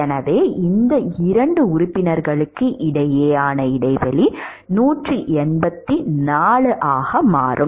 எனவே இந்த இரண்டு உறுப்பினர்களுக்கு இடையேயான இடைவெளி 184 ஆக மாறும்